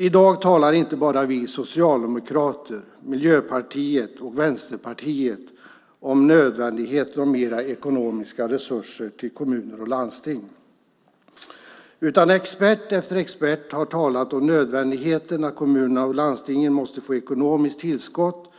I dag talar inte bara vi socialdemokrater, Miljöpartiet och Vänsterpartiet om nödvändigheten av mer ekonomiska resurser till kommuner och landsting. Expert efter expert har talat om nödvändigheten av att kommuner och landsting får ekonomiskt tillskott